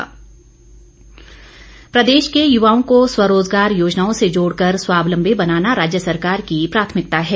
बिक्रम ठाकुर प्रदेश के युवाओं को स्वरोजगार योजनाओं से जोड़कर स्वाबलंबी बनाना राज्य सरकार की प्राथमिकता है